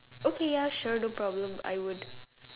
okay ya sure no problem I would